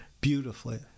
beautifully